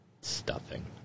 Stuffing